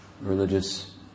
religious